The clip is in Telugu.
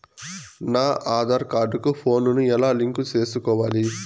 నా ఆధార్ కార్డు కు ఫోను ను ఎలా లింకు సేసుకోవాలి?